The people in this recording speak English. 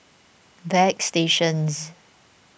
Bagstationz